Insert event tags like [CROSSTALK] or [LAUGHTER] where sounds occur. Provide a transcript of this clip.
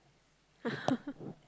[LAUGHS]